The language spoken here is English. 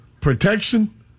protection